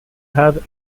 have